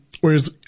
Whereas